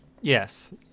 Yes